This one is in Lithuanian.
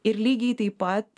ir lygiai taip pat